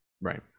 Right